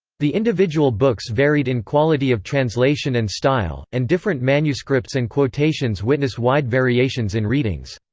the individual books varied in quality of translation and style, and different manuscripts and quotations witness wide variations in readings.